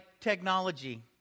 technology